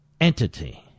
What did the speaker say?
entity